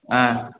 ஆ